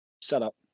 setup